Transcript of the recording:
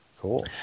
Cool